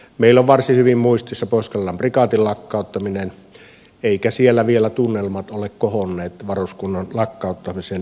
meillä on varsin hyvin muistissa pohjois karjalan prikaatin lakkauttaminen eikä siellä vielä tunnelmat ole kohonneet varuskunnan lakkauttamisen jäljiltä